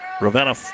Ravenna